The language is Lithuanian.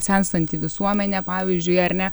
senstanti visuomenė pavyzdžiui ar ne